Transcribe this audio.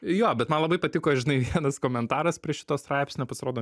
jo bet man labai patiko žinai vienas komentaras prie šito straipsnio pasirodo